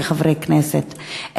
כחברי כנסת,